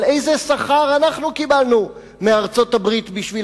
אבל איזה שכר אנחנו קיבלנו מארצות-הברית בשביל